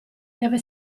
deve